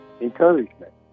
encouragement